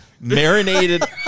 Marinated